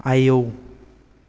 आयौ